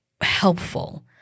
helpful